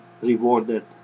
rewarded